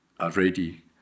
already